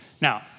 Now